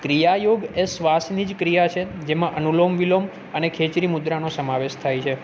ક્રિયા યોગ એ શ્વાસની જ ક્રિયા છે જેમાં અનુલોમ વિલોમ અને ખેંચરી મુદ્રાનો સમાવેશ થાય છે